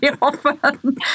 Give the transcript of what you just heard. often